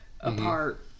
apart